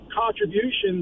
contributions